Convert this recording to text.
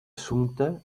assumpte